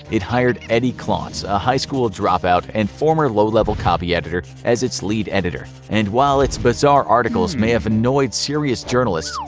it hired eddie clontz, a high-school dropout and former low-level copy editor as its lead editor. and while its bizarre articles may have annoyed serious journalists,